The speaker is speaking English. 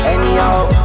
Anyhow